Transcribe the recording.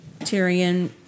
Tyrion